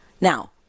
Now